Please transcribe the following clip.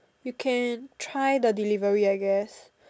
you can try the delivery I guess